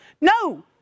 No